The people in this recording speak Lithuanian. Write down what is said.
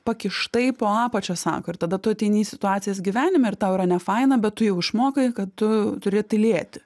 pakištai po apačia sako ir tada tu ateini į situacijas gyvenime ir tau yra ne faina bet tu jau išmokai kad tu turi tylėti